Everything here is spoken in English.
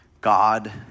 God